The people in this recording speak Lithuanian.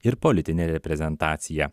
ir politinė reprezentacija